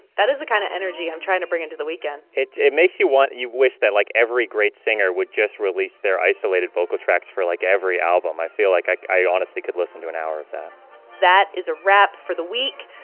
that is the kind of energy i'm trying to bring into the weekend it it makes you want you wish that, like, every great singer would just release their isolated vocal tracks for, like, every album. i feel like i i honestly could listen to an hour of that that is a wrap for the week.